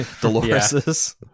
Dolores